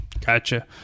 Gotcha